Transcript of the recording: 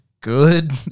good